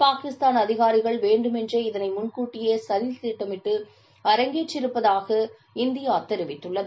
பாகிஸ்தான் அதிகாரிகள் வேண்டுமென்றே இதனை முன் கூட்டியே சதிதிட்டமிட்டு அரங்கேற்றி இருப்பதாக இந்தியா தெரிவித்துள்ளது